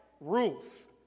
Ruth